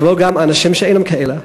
כמו גם אנשים שאינם כאלה.